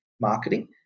marketing